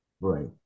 Right